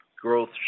growth